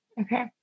okay